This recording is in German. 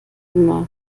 immer